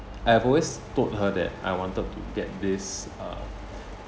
I've always told her that I wanted to get this uh